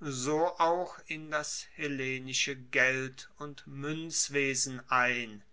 so auch in das hellenische geld und muenzwesen ein